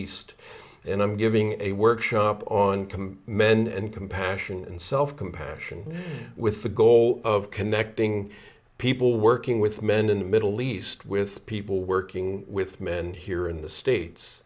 east and i'm giving a workshop on come men and compassion and self compassion with the goal of connecting people working with men in the middle east with people working with men here in the states